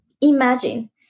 imagine